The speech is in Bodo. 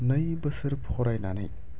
नै बोसोर फरायनानै